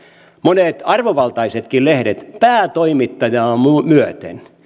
monet arvovaltaisetkin lehdet päätoimittajaa myöten